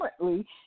currently